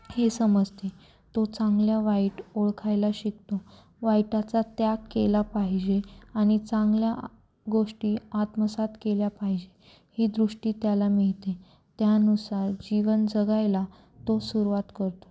हे समजते तो चांगल्या वाईट ओळखायला शिकतो वाईटाचा त्याग केला पाहिजे आणि चांगल्या गोष्टी आत्मसात केल्या पाहिजे ही दृष्टी त्याला मिळते त्यानुसार जीवन जगायला तो सुरुवात करतो